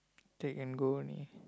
take and go only